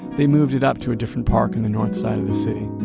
they moved it up to a different park in the north side of the city.